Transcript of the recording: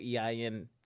EIN